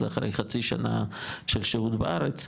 זה אחרי חצי שנה של שהות בארץ,